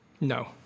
No